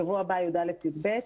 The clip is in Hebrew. בשבוע הבא י"א י"ב יחזרו.